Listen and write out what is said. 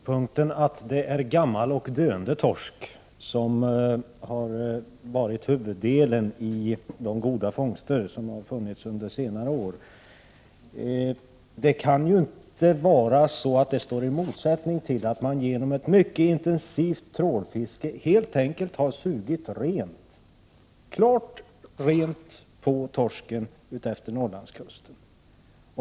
Herr talman! Synpunkten att gammal och döende torsk har utgjort huvuddelen i de goda fångster som man fått under senare år kan inte stå i motsats till det förhållandet att man genom ett mycket intensivt trålfiske helt enkelt har sugit helt rent på torsk utefter Norrlandskusten.